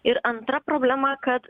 ir antra problema kad